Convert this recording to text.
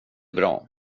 bra